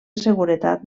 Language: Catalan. seguretat